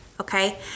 Okay